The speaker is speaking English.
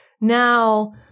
Now